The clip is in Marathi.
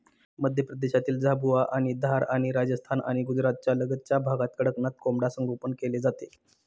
मध्य प्रदेशातील झाबुआ आणि धार आणि राजस्थान आणि गुजरातच्या लगतच्या भागात कडकनाथ कोंबडा संगोपन केले जाते